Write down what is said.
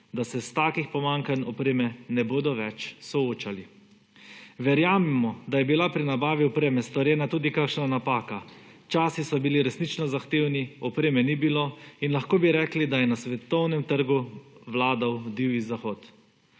da se s takih pomanjkanjem opreme ne bodo več soočali. Verjamemo, da je bila pri nabavi opreme storjena tudi kakšna napaka, časi so bili resnično zahtevni, opreme ni bilo in lahko bi rekli, da je na svetovnem trgu vladal divji zahod.